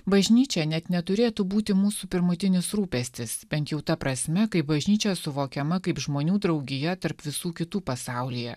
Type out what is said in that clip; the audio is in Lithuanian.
bažnyčia net neturėtų būti mūsų pirmutinis rūpestis bent jau ta prasme kaip bažnyčia suvokiama kaip žmonių draugijoje tarp visų kitų pasaulyje